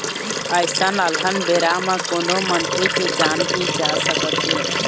अइसन अलहन बेरा म कोनो मनखे के जान भी जा सकत हे